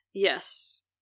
Yes